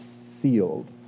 sealed